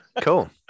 Cool